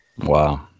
Wow